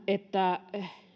että